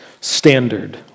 standard